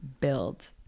build